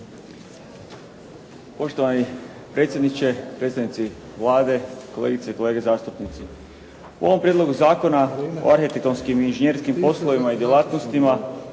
Poštovani predsjedniče, predstavnici Vlade, kolegice i kolege zastupnici. U ovom Prijedlogu zakona o arhitektonskim i inženjerskim poslovima i djelatnostima